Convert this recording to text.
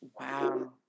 Wow